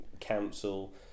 council